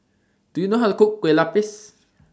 Do YOU know How to Cook Kue Lupis